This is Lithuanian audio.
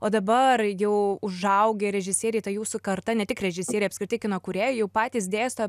o dabar jau užaugę režisieriai ta jūsų karta ne tik režisieriai apskritai kino kūrėjai jau patys dėsto